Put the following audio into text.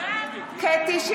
נגד קטי קטרין